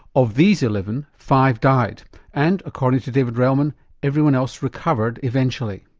of these eleven, five died and according to david relman everyone else recovered eventually.